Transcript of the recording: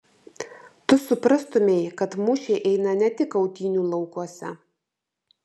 tu suprastumei kad mūšiai eina ne tik kautynių laukuose